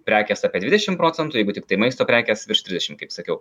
prekės apie dvidešim procentų jeigu tiktai maisto prekės virš trisdešim kaip sakiau